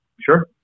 Sure